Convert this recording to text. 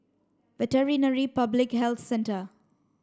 Veterinary Public Health Centre